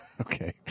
Okay